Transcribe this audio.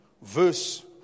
verse